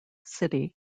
city